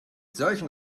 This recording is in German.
solchen